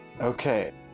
Okay